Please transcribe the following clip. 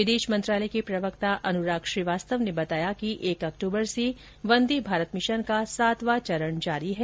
विदेश मंत्रालय के प्रवक्ता अनुराग श्रीवास्तव ने बताया कि एक अक्टूबर से वंदे भारत मिशन का सातवां चरण जारी है